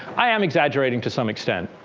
i am exaggerating to some extent.